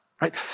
right